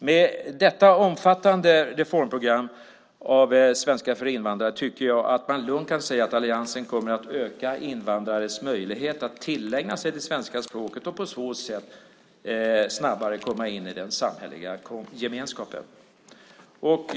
Med detta omfattande reformprogram beträffande svenska för invandrare tycker jag att man lugnt kan säga att alliansen kommer att öka invandrares möjligheter att tillägna sig det svenska språket och på så sätt snabbare komma in i den samhälleliga gemenskapen.